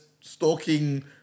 stalking